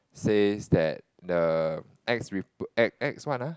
says that the ex repo~ ex ex what ah